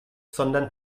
sondern